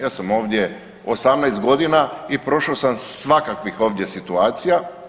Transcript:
Ja sam ovdje 18 godina i prošao sam svakakvih ovdje situacija.